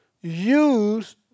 use